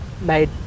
made